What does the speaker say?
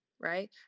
right